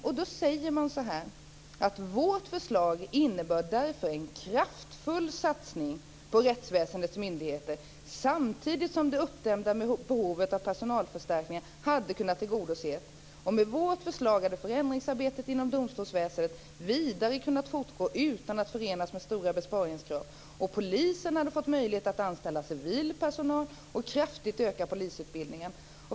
Moderaterna säger: Vårt förslag innebär därför en kraftfull satsning på rättsväsendets myndigheter, samtidigt som det uppdämda behovet av personalförstärkningar hade kunnat tillgodoses. Med vårt förslag hade förändringsarbetet inom domstolsväsendet vidare kunnat fortgå utan att förenas med stora besparingskrav. Polisen hade fått möjlighet att anställa civil personal och kraftigt öka polisutbildningen.